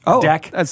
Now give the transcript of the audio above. deck